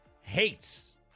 hates